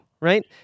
right